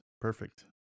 Perfect